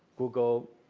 google,